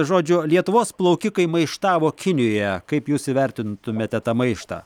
žodžiu lietuvos plaukikai maištavo kinijoje kaip jūs įvertintumėte tą maištą